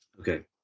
Okay